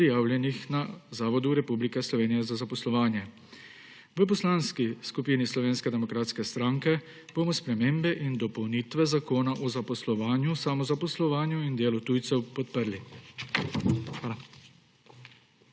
prijavljenih na Zavodu Republike Slovenije za zaposlovanje. V Poslanski skupini Slovenske demokratske stranke bomo spremembe in dopolnitve Zakona o zaposlovanju, samozaposlovanju in delu tujcev podprli. Hvala.